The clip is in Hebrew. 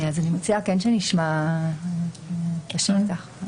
אני מציעה שנשמע את השטח.